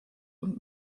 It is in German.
und